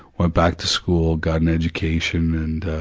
went back to school, got an education, and ah,